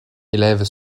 élèvent